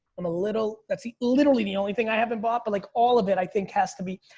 i'm a little, that's the, literally the only thing i haven't bought but like all of it i think has to be,